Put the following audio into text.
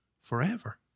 Forever